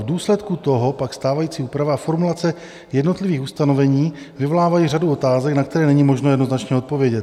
V důsledku toho pak stávající úprava formulace jednotlivých ustanovení vyvolává řadu otázek, na které není možno jednoznačně odpovědět.